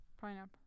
Pineapple